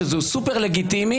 שזה סופר-לגיטימי,